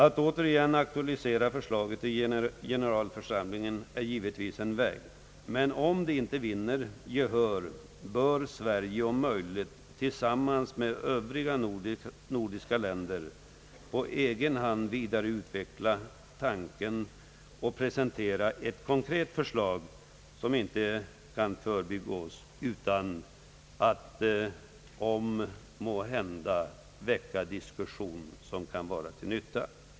Att åter aktualisera förslaget i generalförsamlingen är givetvis en väg, men om det inte vinner gehör där, bör Sverige — om möjligt tillsammans med de övriga nordiska länderna — på egen hand vidareutveckla tanken och presentera ett konkret förslag som inte kan förbigås utan att åtminstone väcka en diskussion som kan vara till nytta.